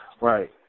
Right